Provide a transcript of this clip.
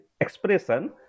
expression